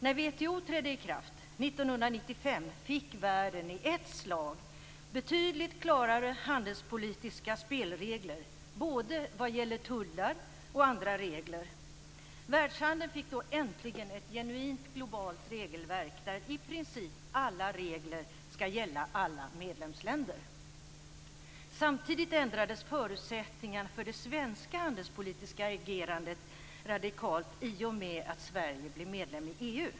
När WTO trädde i kraft 1995 fick världen i ett slag betydligt klarare handelspolitiska spelregler, både vad gäller tullar och andra regler. Världshandeln fick då äntligen ett genuint globalt regelverk där i princip alla regler skall gälla alla medlemsländer. Samtidigt ändrades förutsättningarna för det svenska handelspolitiska agerandet radikalt i och med att Sverige blev medlem i EU.